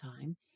time